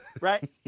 right